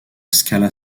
scala